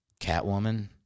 Catwoman